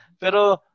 Pero